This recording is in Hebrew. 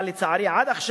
אבל, לצערי, עד עכשיו